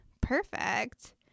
perfect